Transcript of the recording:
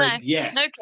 Yes